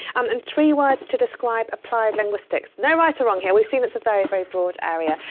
um and three words to describe applied linguistics. no right or wrong here. we've seen it's a very, very broad area.